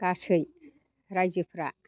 गासै रायजोफ्रा